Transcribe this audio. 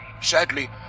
Sadly